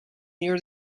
near